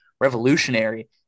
revolutionary